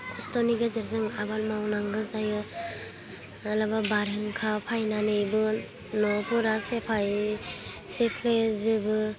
खस्थ'नि गेजेरजों आबाद मावनांगौ जायो मालाबा बारहुंखा फैनानैबो न'फोरा सेफाय सेफ्लेजोबो